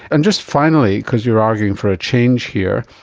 and just finally, because you are arguing for a change here,